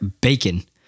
bacon